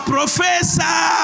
Professor